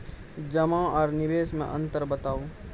जमा आर निवेश मे अन्तर बताऊ?